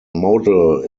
model